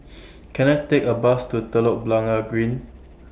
Can I Take A Bus to Telok Blangah Green